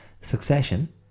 Succession